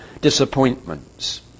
disappointments